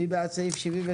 מי בעד סעיף 73?